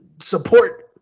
support